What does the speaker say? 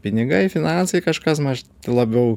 pinigai finansai kažkas maž labiau